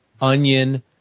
onion